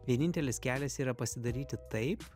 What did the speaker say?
vienintelis kelias yra pasidaryti taip